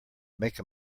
make